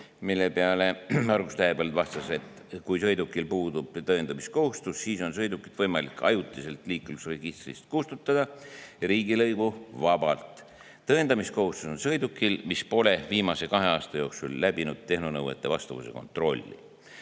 Margus Tähepõld vastas, et kui sõiduki[omanikul] puudub tõendamiskohustus, siis on sõidukit võimalik ajutiselt liiklusregistrist kustutada riigilõivuvabalt. Tõendamiskohustus on sõiduki puhul, mis pole viimase kahe aasta jooksul läbinud tehnonõuetele vastavuse kontrolli.